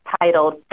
titled